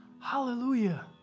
Hallelujah